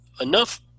enough